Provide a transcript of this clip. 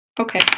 Okay